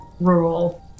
rural